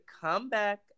comeback